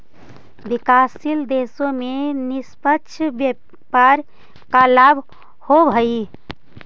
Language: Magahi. विकासशील देशों में निष्पक्ष व्यापार का लाभ होवअ हई